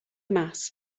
mass